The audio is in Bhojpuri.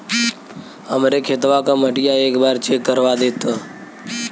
हमरे खेतवा क मटीया एक बार चेक करवा देत?